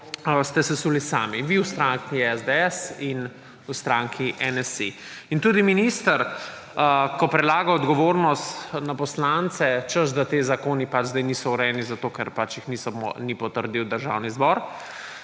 ste sesuli sami, vi v stranki SDS in v stranki NSi. In tudi to, ko minister prelaga odgovornost na poslance, češ da ti zakoni zdaj niso urejeni zato, ker jih ni potrdil Državni zbor,